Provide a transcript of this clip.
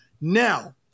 Now